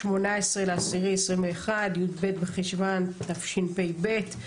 ה-18 לאוקטובר 2021, יב' בחשוון תשפ"ב.